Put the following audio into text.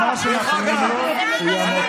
למה אתם מסכימים